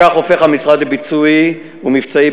בכך הופך המשרד לביצועי ומבצעי,